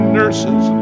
nurses